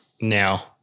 now